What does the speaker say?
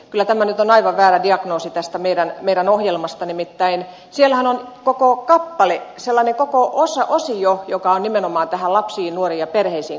kyllä tämä nyt on aivan väärä diagnoosi tästä meidän ohjelmastamme nimittäin siellähän on koko kappale sellainen koko osio joka on nimenomaan lapsiin nuoriin ja perheisiin kohdistuva